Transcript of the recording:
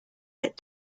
yet